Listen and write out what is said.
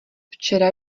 včera